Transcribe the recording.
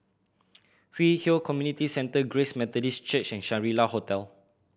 Hwi Yoh Community Centre Grace Methodist Church and Shangri La Hotel